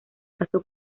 caso